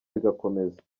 bigakomeza